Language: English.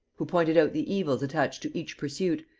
who pointed out the evils attached to each pursuit,